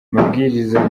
mabwiriza